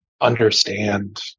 understand